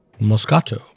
Moscato